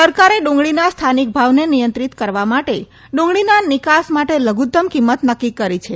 સરકારે ડુંગળીના સ્થાનિક ભાવને નિયંત્રિત કરવા માટે ડુંગળીના નિકાસ માટે લઘુતમ કિંમત નક્કી કરી છે